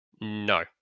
No